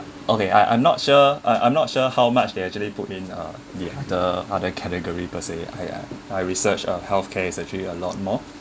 okay I I'm not sure I I'm not sure how much they actually put in uh the other other category per se !aiya! I research uh health care actually a lot more